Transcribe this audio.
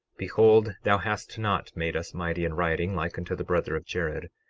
behold, thou hast not made us mighty in writing like unto the brother of jared,